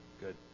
good